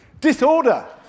Disorder